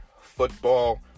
football